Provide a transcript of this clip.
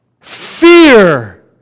fear